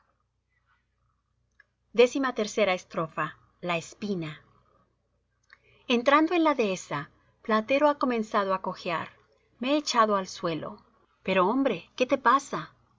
xiii la espina entrando en la dehesa platero ha comenzado á cojear me he echado al suelo pero hombre qué te pasa